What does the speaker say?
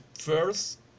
first